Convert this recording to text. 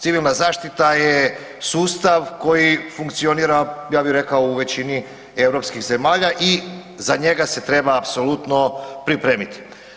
Civilna zaštita je sustav koji funkcionira, ja bi rekao, u većini europskih zemalja i za njega se treba apsolutno pripremiti.